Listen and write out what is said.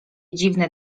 dziwne